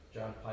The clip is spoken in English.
John